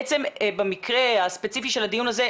בעצם במקרה הספציפי של הדיון הזה,